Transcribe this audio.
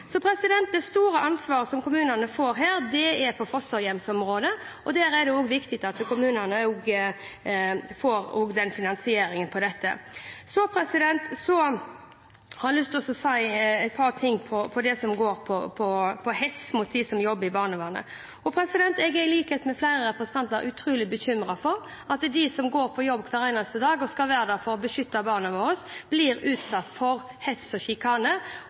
så tidlig som mulig, som staten nå skal ha ansvar for. Det store ansvaret som kommunene får her, er på fosterhjemsområdet. Det er også viktig at kommunene får en finansiering av dette. Jeg har lyst til å si et par ting om det som går på hets mot dem som jobber i barnevernet. Jeg er – i likhet med flere representanter – utrolig bekymret over at de som går på jobb hver eneste dag og skal være der for å beskytte barna våre, blir utsatt for hets og sjikane